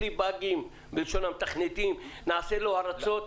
בלי באגים בלשון המתכנתים לעשות לו הרצות.